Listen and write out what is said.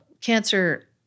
Cancer